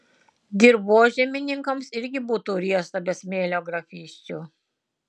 dirvožemininkams irgi būtų riesta be smėlio grafysčių